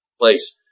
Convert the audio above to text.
place